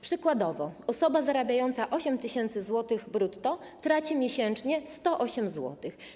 Przykładowo osoba zarabiająca 8 tys. zł brutto traci miesięcznie 108 zł.